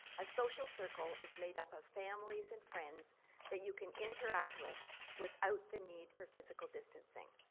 a social circle is made up of families and friends that you can interact with without the need for physical distancing.